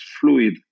fluid